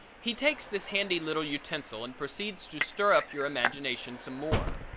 he takes this handy little utensil and proceeds to stir up your imagination some more.